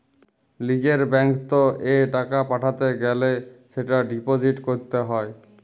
লিজের ব্যাঙ্কত এ টাকা পাঠাতে গ্যালে সেটা ডিপোজিট ক্যরত হ্য়